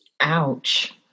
ouch